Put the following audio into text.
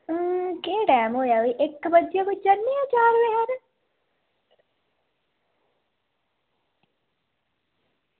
केह् टैम होएआ ऐ इक्क बज्जेआ जन्ने आं कोई चार बजे हारे